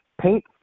paint